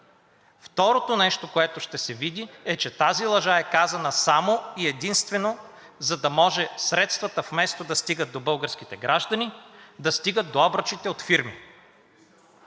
Второто нещо, което ще се види, е, че тази лъжа е казана само и единствено за да може средствата, вместо да стигат до българските граждани, да стигат до обръчите от фирми.